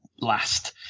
last